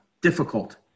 difficult